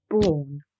born